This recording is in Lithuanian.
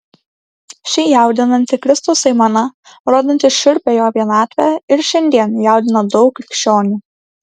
ši jaudinanti kristaus aimana rodanti šiurpią jo vienatvę ir šiandien jaudina daug krikščionių